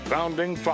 Founding